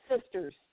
sisters